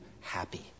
happy